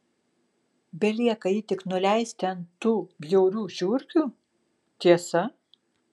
belieka jį tik nuleisti ant tų bjaurių žiurkių tiesa